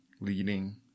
leading